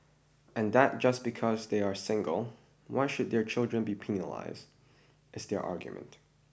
and that just because they are single why should their children be penalised is their argument